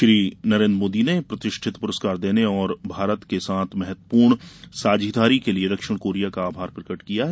श्री नरेन्द्र मोदी ने प्रतिष्ठित पुरस्कार देने और भारत के साथ महत्वपूर्ण साझेदारी के लिए दक्षिण कोरिया का आभार प्रकट किया है